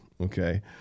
okay